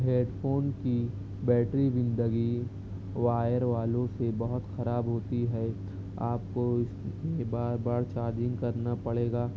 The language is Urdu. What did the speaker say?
ہیڈ فون کی بیٹری زندگی وائر والوں سے بہت خراب ہوتی ہے آپ کو اس میں بار بار چارجنگ کرنا پڑے گا